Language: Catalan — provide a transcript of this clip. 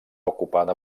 ocupada